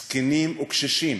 זקנים וקשישים,